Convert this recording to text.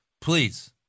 Please